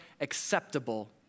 acceptable